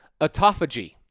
autophagy